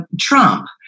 Trump